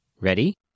Ready